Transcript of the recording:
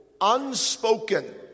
unspoken